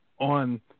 on